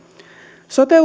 sote